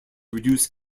reduce